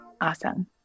Awesome